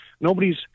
nobody's